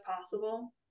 possible